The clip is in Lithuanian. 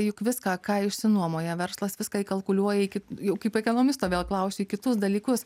juk viską ką išsinuomoja verslas viską įkalkuliuoja iki jau kaip ekonomisto vėl klausiu į kitus dalykus